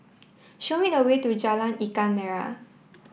show me the way to Jalan Ikan Merah